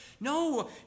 No